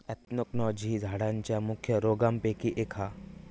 anthracnose ही झाडांच्या मुख्य रोगांपैकी एक हा